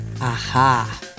Aha